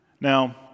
Now